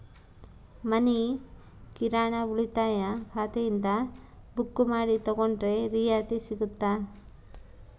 ಮನಿ ಕಿರಾಣಿ ಉಳಿತಾಯ ಖಾತೆಯಿಂದ ಬುಕ್ಕು ಮಾಡಿ ತಗೊಂಡರೆ ರಿಯಾಯಿತಿ ಸಿಗುತ್ತಾ?